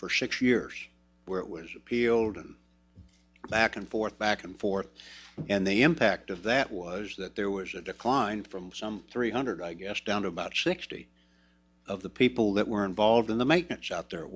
for six years where it was appealed and back and forth back and forth and they impact of that was that there was a decline from some three hundred i guess down to about sixty of the people that were involved in the maintenance